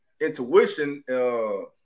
intuition